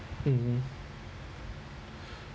mmhmm